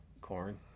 Corn